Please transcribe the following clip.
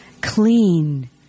clean